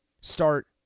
start